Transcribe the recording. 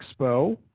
Expo